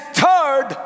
third